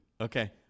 okay